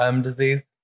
disease